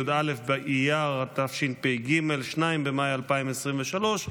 י"א באייר התשפ"ג (2 במאי 2023)